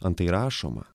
antai rašoma